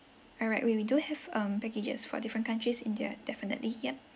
all right we we do have um packages for different countries india definitely yup